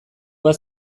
bat